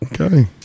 Okay